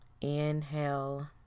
Inhale